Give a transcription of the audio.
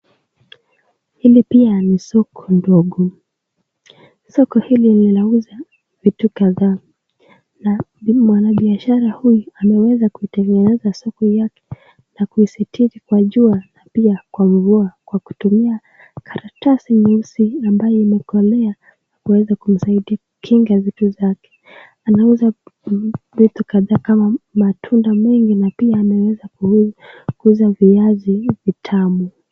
Hili pia ni soko ndogo, soko hili linauza vitu kadhaa na mwanabiashara huyu ameweza kutengeneza soko hii yake na kuisitiri kwa jua na pia mvua kwa kutumia karatasi nyeusi ambayo imekolea kuweza kumsaidia kukinga vitu zake. Anauza vitu kadhaa kama matunda mengi na pia ameweza kuuza viatu vitamu.